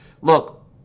Look